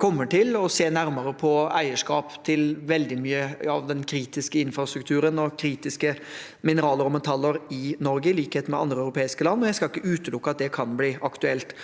kommer til å se nærmere på eierskap til veldig mye av den kritiske infrastrukturen og kritiske mineraler og metaller i Norge, i likhet med andre europeiske land. Jeg skal ikke utelukke at det kan bli aktuelt.